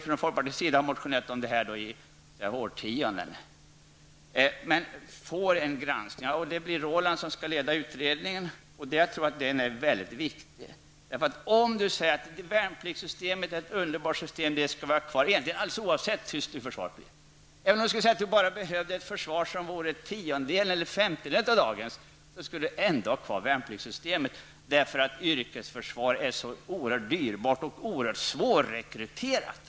Från folkpartiets sida har vi motionerat om det i årtionden. Nu får vi en granskning, och det blir Roland Brännström som kommer att leda utredningen. Jag tror att den är väldigt viktig. Värnpliktssystemet är ett underbart system, och vi skall ha det kvar, alldeles oavsett hur försvaret blir. Även om vi bara behövde ett försvar som vore tiondelen eller femtedelen av dagens, skulle vi ändå ha kvar värnpliktssystemet, därför att ett yrkesförsvar är så dyrbart och svårrekryterat.